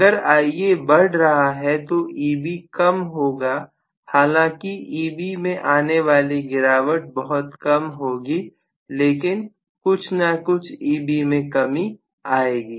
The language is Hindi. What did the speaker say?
अगर Ia बढ़ रहा है तो Eb कम होगा हालांकि Eb में आने वाली गिरावट बहुत कम होगी लेकिन कुछ ना कुछ Eb में कमी आएगी